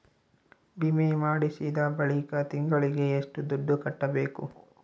ವಿಮೆ ಮಾಡಿಸಿದ ಬಳಿಕ ತಿಂಗಳಿಗೆ ಎಷ್ಟು ದುಡ್ಡು ಕಟ್ಟಬೇಕು?